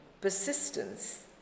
persistence